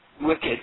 wicked